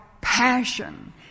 passion